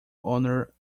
owner